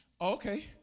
Okay